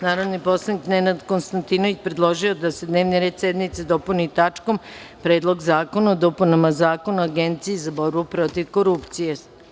Narodni poslanik Nenad Konstantinović predložio da se dnevni red sednice dopuni tačkom – Predlog zakona o dopunama Zakona o Agenciji za borbu protiv korupcije.